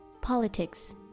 politics